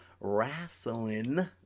wrestling